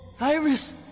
Iris